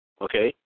okay